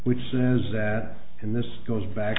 which says that and this goes back